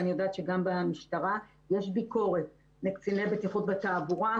ואני יודעת שגם במשטרה יש ביקורת לקציני בטיחות בתעבורה,